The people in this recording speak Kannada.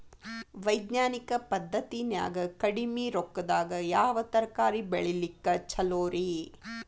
ವೈಜ್ಞಾನಿಕ ಪದ್ಧತಿನ್ಯಾಗ ಕಡಿಮಿ ರೊಕ್ಕದಾಗಾ ಯಾವ ತರಕಾರಿ ಬೆಳಿಲಿಕ್ಕ ಛಲೋರಿ?